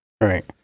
Right